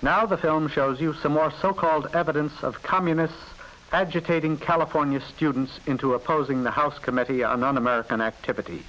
now the film shows you some are so called evidence of communists agitating california students into opposing the house committee and on american activit